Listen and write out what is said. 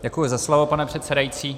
Děkuji za slovo, pane předsedající.